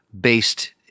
based